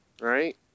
right